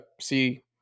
see